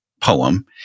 poem